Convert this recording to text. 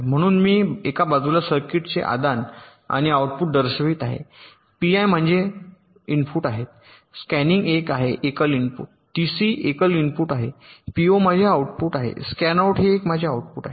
म्हणून मी एका बाजूला सर्किटचे आदान आणि आऊटपुट दर्शवित आहे पीआय माझे इनपुट आहेत स्कॅनिन एक आहे एकल इनपुट टीसी एकल इनपुट आहे पीओ माझे आउटपुट आहेत स्कॅनआउट हे आणखी एक आउटपुट आहे